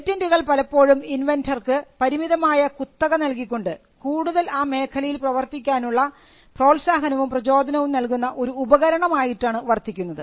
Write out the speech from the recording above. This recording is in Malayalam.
പേറ്റന്റുകൾ പലപ്പോഴും ഇൻവെൻന്റർക്ക് പരിമിതമായ കുത്തക നൽകിക്കൊണ്ട് കൂടുതൽ ആ മേഖലയിൽ പ്രവർത്തിക്കാനുള്ള പ്രോത്സാഹനവും പ്രചോദനവും നൽകുന്ന ഒരു ഉപകരണം ആയിട്ടാണ് വർത്തിക്കുന്നത്